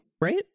right